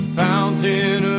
fountain